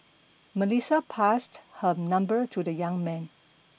Melissa passed her number to the young man